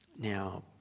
Now